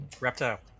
Reptile